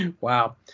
Wow